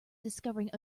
discovering